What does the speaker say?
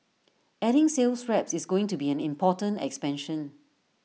adding sales reps is going to be an important expansion